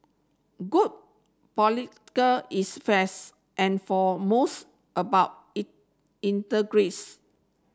good political is and foremost about